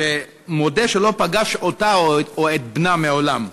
שמודה שלא פגש אותה או את בנה מעולם.